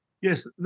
Yes